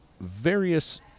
various